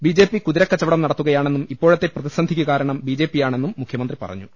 B JP കുതിരക്കച്ച വടം നടത്തുകയാണെന്നും ഇപ്പോഴത്തെ പ്രതിസന്ധിക്കുകാ രണം ബി ജെ പിയാണെന്നും മുഖ്യമന്ത്രി പറഞ്ഞു